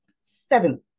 seven